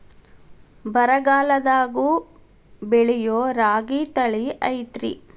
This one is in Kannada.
ಬರಗಾಲದಾಗೂ ಬೆಳಿಯೋ ರಾಗಿ ತಳಿ ಐತ್ರಿ?